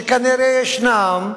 שכנראה ישנן,